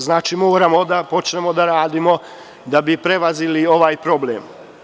Znači, moramo da počnemo da radimo da bismo prevazišli ovaj problem.